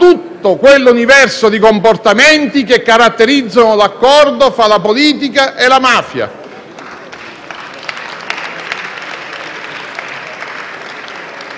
tutto quell'universo di comportamenti che caratterizzano l'accordo tra la politica e la mafia.